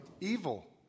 Evil